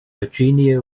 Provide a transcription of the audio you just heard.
virginia